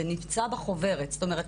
זה נמצא בחוברת זאת אומרת,